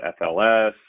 FLS